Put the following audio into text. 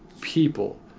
people